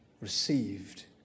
received